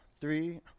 three